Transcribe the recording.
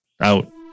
out